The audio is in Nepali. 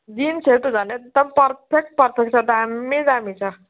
जिन्सहरू त झन् एकदम पर्फेक्ट पर्फेक्ट छ दामी दामी छ